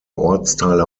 ortsteile